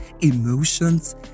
emotions